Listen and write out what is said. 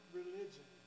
religion